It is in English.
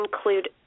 include